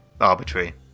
arbitrary